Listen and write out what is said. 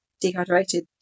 dehydrated